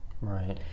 Right